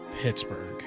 pittsburgh